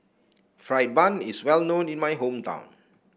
fry bun is well known in my hometown